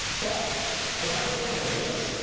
but if i was building a business,